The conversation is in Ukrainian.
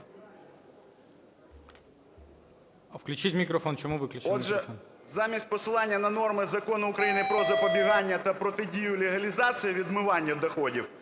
Отже, замість посилання на норми Закону України "Про запобігання та протидію легалізації (відмиванню) доходів,